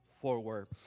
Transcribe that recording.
forward